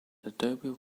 adobe